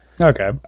Okay